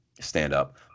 stand-up